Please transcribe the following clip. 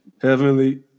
heavenly